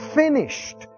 finished